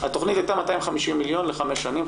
התכנית הייתה 250 מיליון לחמש שנים,